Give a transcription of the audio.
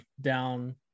down